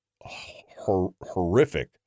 horrific